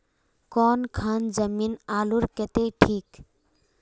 कौन खान जमीन आलूर केते ठिक?